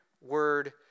word